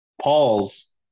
Paul's